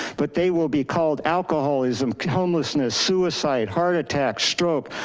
but they will be called alcoholism, homelessness, suicide, heart attack, stroke,